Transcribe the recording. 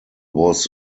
was